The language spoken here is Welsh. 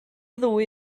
ddwy